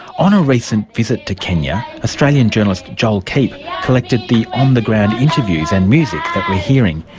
on a recent visit to kenya, australian journalist joel keep collected the on-the-ground interviews and music that we're hearing,